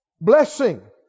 blessing